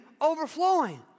overflowing